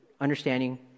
understanding